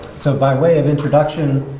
so by way of introduction,